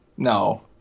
No